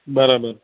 બરાબર